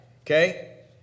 Okay